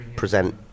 Present